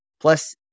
Plus